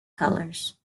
colours